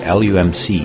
lumc